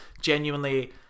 genuinely